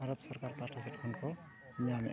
ᱵᱷᱟᱨᱚᱛ ᱥᱚᱨᱠᱟᱨ ᱯᱟᱦᱴᱟ ᱥᱮᱫ ᱠᱷᱚᱱ ᱠᱚ ᱧᱟᱢᱮᱫ